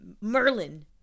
merlin